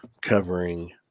covering